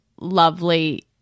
lovely